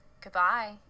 Goodbye